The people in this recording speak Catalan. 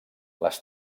les